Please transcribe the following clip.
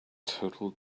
total